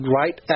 right